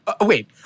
Wait